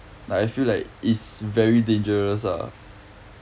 like I feel like it's very dangerous lah